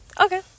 Okay